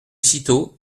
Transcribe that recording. cîteaux